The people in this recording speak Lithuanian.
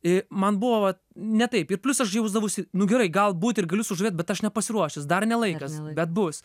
i man buvo va ne taip ir plius aš jausdavausi nu gerai galbūt ir galiu sužavėt bet aš nepasiruošęs dar ne laikas bet bus